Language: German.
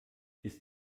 ist